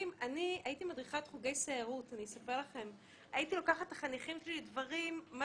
הייתי מדריכת חוגי סיירות והייתי לוקחת את החניכים שלי לדברים מאוד